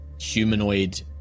humanoid